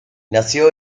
nació